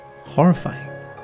horrifying